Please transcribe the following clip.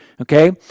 Okay